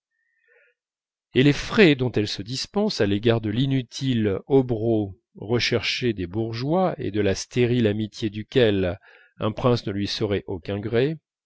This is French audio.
et les frais dont elle se dispense à l'égard de l'inutile hobereau recherché des bourgeois et de la stérile amitié duquel un prince ne lui saurait aucun gré